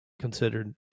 considered